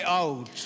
out